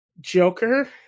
Joker